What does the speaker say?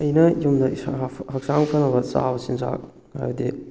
ꯑꯩꯅ ꯌꯨꯝꯗ ꯏꯁꯥ ꯍꯛꯆꯥꯡ ꯐꯅꯕ ꯆꯥꯕ ꯆꯤꯟꯖꯥꯛ ꯍꯥꯏꯕꯗꯤ